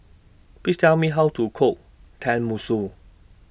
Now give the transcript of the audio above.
Please Tell Me How to Cook Tenmusu